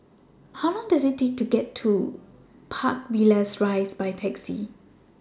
How Long Does IT Take to get to Park Villas Rise By Taxi